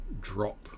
drop